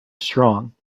strong